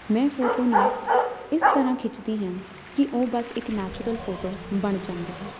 ਮੈਂ ਫੋਟੋ ਨੂੰ ਇਸ ਤਰ੍ਹਾਂ ਖਿੱਚਦੀ ਹਾਂ ਕਿ ਉਹ ਬਸ ਇੱਕ ਨੈਚੁਰਲ ਫੋਟੋ ਬਣ ਜਾਂਦੀ ਹੈ